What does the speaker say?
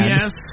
Yes